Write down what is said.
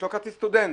יש לו כרטיס סטודנט,